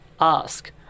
ask